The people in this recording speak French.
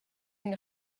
une